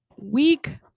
week